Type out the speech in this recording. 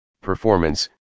performance